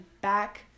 Back